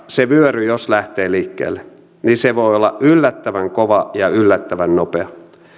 se vyöry lähtee siinä vaiheessa liikkeelle se voi olla yllättävän kova ja yllättävän nopea